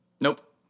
Nope